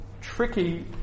tricky